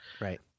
Right